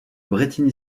brétigny